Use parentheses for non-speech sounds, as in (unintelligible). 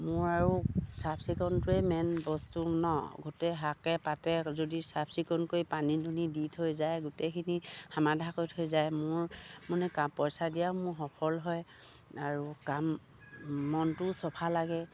মোৰ আৰু চাফ চিকুণটোৱে মেইন বস্তু ন গোটেই শাকে পাতে যদি চাফ চিকুণকৈ পানী দুনি দি থৈ যায় গোটেইখিনি সমাধা কৰি থৈ যায় মোৰ মানে (unintelligible) পইচা দিয়াও মোৰ সফল হয় আৰু কাম মনটোও চফা লাগে